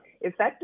Effective